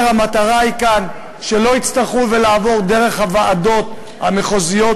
המטרה כאן היא שלא יצטרכו לעבור דרך הוועדות המחוזיות,